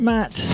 Matt